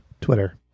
Twitter